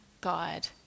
God